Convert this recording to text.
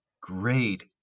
great